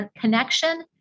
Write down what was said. connection